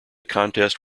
contest